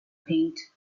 paint